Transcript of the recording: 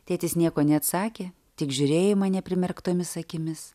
tėtis nieko neatsakė tik žiūrėjo į mane primerktomis akimis